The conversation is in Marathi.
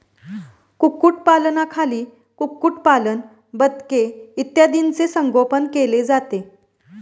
कुक्कुटपालनाखाली कुक्कुटपालन, बदके इत्यादींचे संगोपन केले जाते